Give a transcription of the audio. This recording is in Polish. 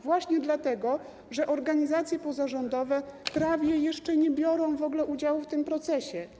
Właśnie dlatego, że organizacje pozarządowe prawie jeszcze nie biorą w ogóle udziału w tym procesie.